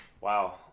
Wow